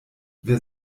wer